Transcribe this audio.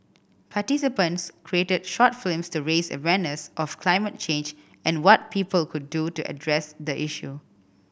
participants created short flames to raise awareness of climate change and what people could do to address the issue